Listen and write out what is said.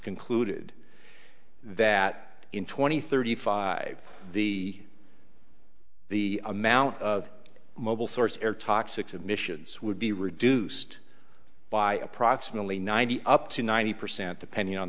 concluded that in twenty thirty five the the amount of mobile source air toxics emissions would be reduced by approximately ninety up to ninety percent depending on